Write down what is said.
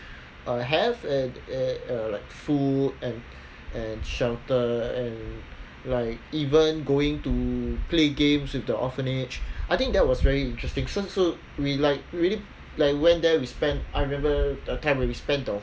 have and uh uh like food and and shelter and like even going to play games with the orphanage I think that was very interesting so we like really like went there we spent I remember the time when we spent the